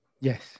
Yes